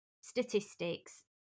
statistics